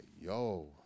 yo